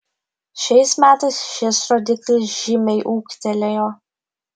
šiais metais šis rodiklis žymiai ūgtelėjo